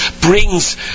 brings